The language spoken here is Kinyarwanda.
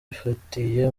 ifatiye